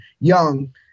young